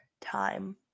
time